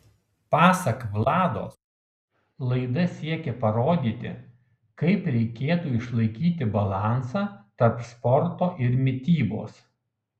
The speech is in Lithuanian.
pasak vlados laida siekia parodyti kaip reikėtų išlaikyti balansą tarp sporto ir mitybos